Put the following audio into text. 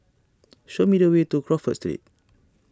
show me the way to Crawford Street